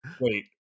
Wait